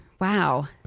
wow